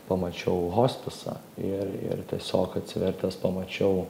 pamačiau hospisą ir ir tiesiog atsivertęs pamačiau